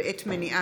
(הנגשת שירותים פיננסיים),